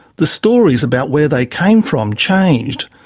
the stories about where they came from changed.